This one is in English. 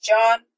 John